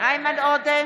איימן עודה,